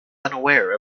unaware